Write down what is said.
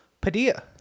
Padilla